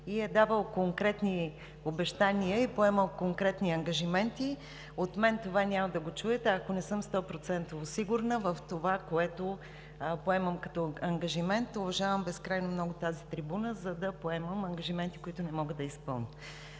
и е давал конкретни обещания, и е поемал конкретни ангажименти. От мен това няма да го чуете, ако не съм 100%-во сигурна в това, което поемам като ангажимент. Уважавам безкрайно много тази трибуна, за да поемам ангажименти, които не мога да изпълня.